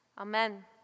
Amen